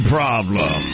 Problem